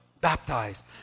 Baptized